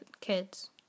kids